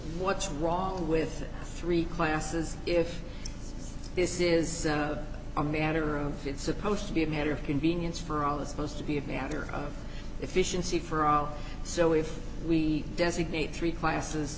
what's wrong with three classes if this is a matter of it's supposed to be a matter of convenience for all the supposed to be a matter of efficiency for all so if we designate three classes